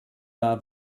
war